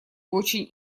очень